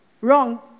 wrong